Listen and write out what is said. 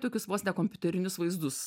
tokius vos ne kompiuterinius vaizdus